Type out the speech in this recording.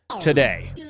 today